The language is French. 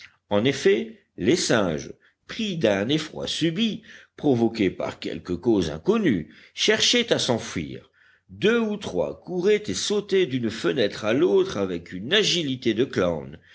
en effet les singes pris d'un effroi subit provoqué par quelque cause inconnue cherchaient à s'enfuir deux ou trois couraient et sautaient d'une fenêtre à l'autre avec une agilité de clowns